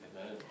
Amen